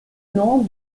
nom